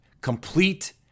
Complete